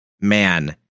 man